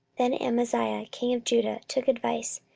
then amaziah king of judah took advice,